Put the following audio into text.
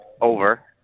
over